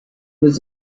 was